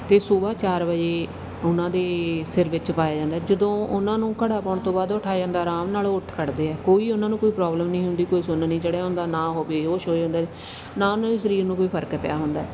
ਅਤੇ ਸੁਬਾਹ ਚਾਰ ਵਜੇ ਉਹਨਾਂ ਦੇ ਸਿਰ ਵਿੱਚ ਪਾਇਆ ਜਾਂਦਾ ਜਦੋਂ ਉਹਨਾਂ ਨੂੰ ਘੜਾ ਪਾਉਣ ਤੋਂ ਬਾਅਦ ਉਠਾਇਆ ਜਾਂਦਾ ਆਰਾਮ ਨਾਲ ਉਹ ਉੱਠ ਖੜ੍ਹਦੇ ਆ ਕੋਈ ਉਹਨਾਂ ਨੂੰ ਕੋਈ ਪ੍ਰੋਬਲਮ ਨਹੀਂ ਹੁੰਦੀ ਕੋਈ ਸੁੰਨ ਨਹੀਂ ਚੜਿਆ ਹੁੰਦਾ ਨਾ ਉਹ ਬੇਹੋਸ਼ ਹੋਏ ਹੁੰਦੇ ਨਾ ਉਹਨਾਂ ਦੇ ਸਰੀਰ ਨੂੰ ਕੋਈ ਫਰਕ ਪਿਆ ਹੁੰਦਾ